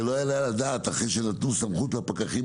לא יעלה על הדעת אחרי שנתנו סמכות לפקחים